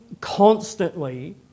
constantly